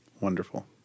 wonderful